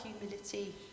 humility